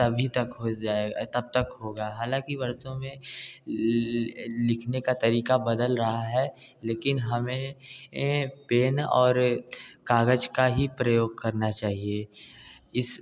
तभी तक घुस जाएगा तब तक होगा हालाँकि वर्षों में लिखने का तरीका बदल रहा है लेकिन हमें पेन और कागज का ही प्रयोग करना चाहिए इस